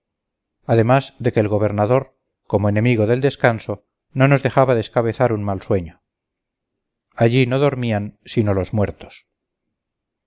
además de que el gobernador como enemigo del descanso no nos dejaba descabezar un mal sueño allí no dormían sino los muertos